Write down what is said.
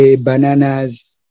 bananas